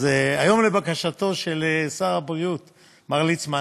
היום לבקשתו של שר הבריאות מר ליצמן,